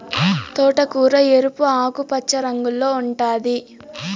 తోటకూర ఎరుపు, ఆకుపచ్చ రంగుల్లో ఉంటాది